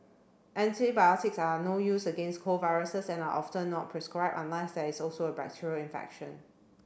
antibiotics are no use against cold viruses and are often not prescribed unless there is also a bacterial infection